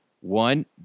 one